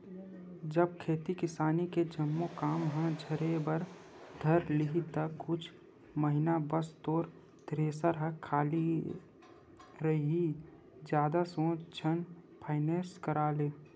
जब खेती किसानी के जम्मो काम ह झरे बर धर लिही ता कुछ महिना बस तोर थेरेसर ह खाली रइही जादा सोच झन फायनेंस करा ले